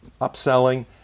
upselling